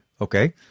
Okay